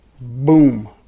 boom